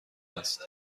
است